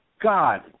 God